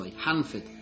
Hanford